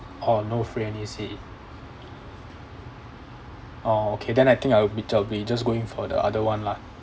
orh no free and easy orh okay then I think I would be I'll be just going for the other one lah